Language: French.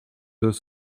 deux